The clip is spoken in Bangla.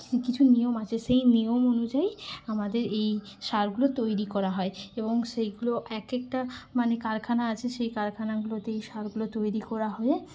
কিছু নিয়ম আছে সেই নিয়ম অনুযায়ী আমাদের এই সারগুলো তৈরি করা হয় এবং সেইগুলো এক একটা মানে কারখানা আছে সেই কারখানাগুলোতে এই সারগুলো তৈরি করা হয়ে